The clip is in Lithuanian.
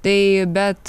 tai bet